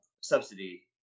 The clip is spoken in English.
subsidy